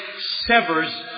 severs